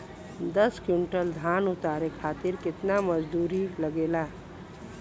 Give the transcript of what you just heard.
दस क्विंटल धान उतारे खातिर कितना मजदूरी लगे ला?